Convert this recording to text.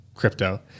crypto